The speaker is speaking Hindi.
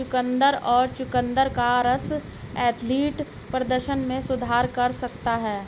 चुकंदर और चुकंदर का रस एथलेटिक प्रदर्शन में सुधार कर सकता है